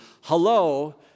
Hello